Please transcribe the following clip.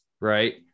right